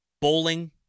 bowling